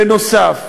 בנוסף,